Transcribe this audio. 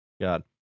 God